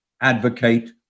advocate